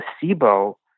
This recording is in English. placebo